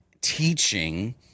teaching